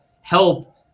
help